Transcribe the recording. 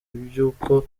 iby’uko